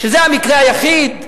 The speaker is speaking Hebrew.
שזה המקרה היחיד,